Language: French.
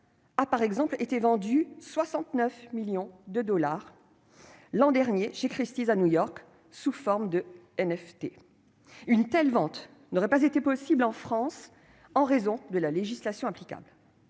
a par exemple été vendue 69 millions de dollars l'an dernier chez Christie's à New York, sous forme de NFT. Une telle vente n'aurait pas été possible en France, en raison de la législation applicable.